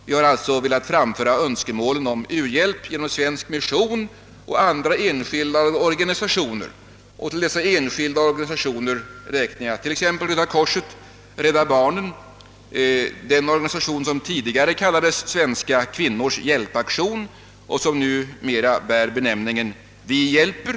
Vi har därför velat framföra önskemålet om u-bjälp genom svensk mission och andra enskilda organisationer. Till dessa organisationer räknar jag t.ex. Röda korset, Rädda barnen och den organisation som tidigare kallades Svenska kvinnors. hjälpaktion och som numera bär benämningen Vi hjälper.